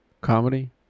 comedy